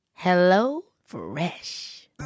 HelloFresh